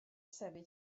sefyll